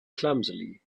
clumsily